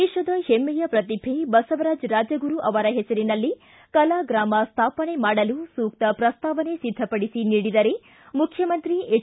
ದೇಶದ ಹೆಮ್ನೆಯ ಪ್ರತಿಭೆ ಬಸವರಾಜ ರಾಜಗುರು ಅವರ ಹೆಸರಿನಲ್ಲಿ ಕಲಾಗ್ರಾಮ ಸ್ವಾಪನೆ ಮಾಡಲು ಸೂಕ್ತ ಪ್ರಸ್ತಾವನೆ ಸಿದ್ದಪಡಿಸಿ ನೀಡಿದರೆ ಮುಖ್ಯಮಂತ್ರಿ ಎಚ್